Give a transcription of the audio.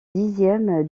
dixième